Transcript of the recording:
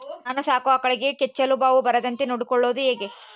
ನಾನು ಸಾಕೋ ಆಕಳಿಗೆ ಕೆಚ್ಚಲುಬಾವು ಬರದಂತೆ ನೊಡ್ಕೊಳೋದು ಹೇಗೆ?